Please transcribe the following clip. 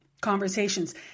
conversations